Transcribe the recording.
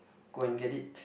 go and get it